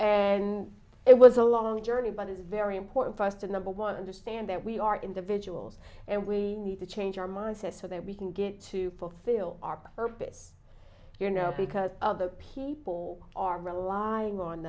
and it was a long journey but it is very important for us to number one understand that we are individuals and we need to change our mindset so that we can get to both feel our purpose you know because of the people are relying on